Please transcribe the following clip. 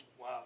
Wow